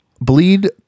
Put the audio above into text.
bleed